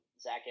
Zach